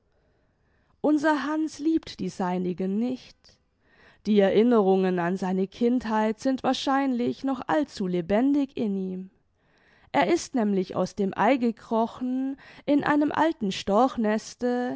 unser hanns liebt die seinigen nicht die erinnerungen an seine kindheit sind wahrscheinlich noch allzu lebendig in ihm er ist nämlich aus dem ei gekrochen in einem alten storchneste